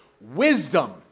Wisdom